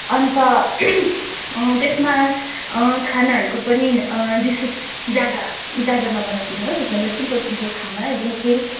अन्त त्यसमा खानाहरूको पनि डिसेस ज्यादा ज्यादा नबनाइदिनुहोस् एकदमै सिम्पल सिम्पल खाना एकदम प्लेन